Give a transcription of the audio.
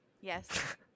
Yes